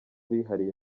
bihariye